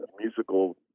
musical